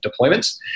deployments